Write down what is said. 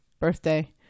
birthday